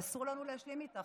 ואסור לנו להשלים איתה,